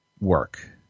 work